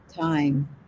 time